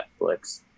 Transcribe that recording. Netflix